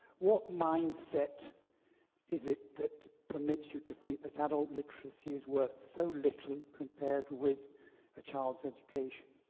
what mindset is it that permits you to think that adult literacy is worth so little compared with a child's education?